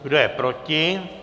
Kdo je proti?